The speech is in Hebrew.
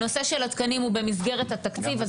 הנושא של התקנים הוא במסגרת התקציב אז